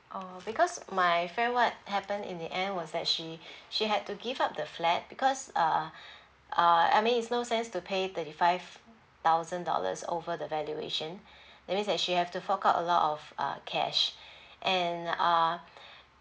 oh because my friend what happened in the end was that she she had to give up the flat because uh uh I mean is no sense to pay thirty five thousand dollars over the valuation that means that she have to fork out a lot of uh cash and uh